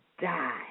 die